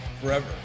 Forever